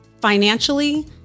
financially